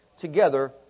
together